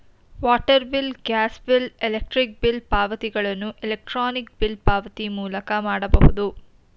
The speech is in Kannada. water bill, gas bill, electric bill ಪಾವತಿಗಳನ್ನು ಎಲೆಕ್ರಾನಿಕ್ ಬಿಲ್ ಪಾವತಿ ಮೂಲಕ ಮಾಡಬಹುದು